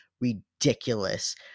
ridiculous